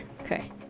okay